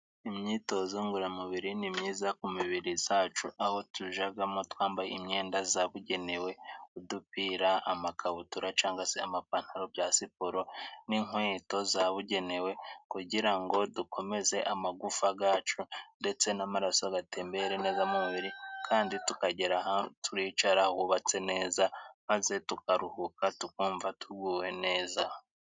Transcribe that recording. Imyitozo ngoramubiri ni myiza ku mibiri zacu, aho tujagamo twambaye imyenda zabugenewe. Udupira, amakabutura cangwa se amapantaro bya siporo, n'inkweto zabugenewe, kugira ngo dukomeze amagufa gacu ndetse n'amaraso gatembere neza mu mubiri, kandi tukagira aho turica hubatse neza, maze tukaruhuka tukumva tuguwe neza.